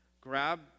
Grab